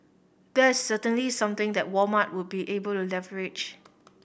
that is certainly something that Walmart would be able to leverage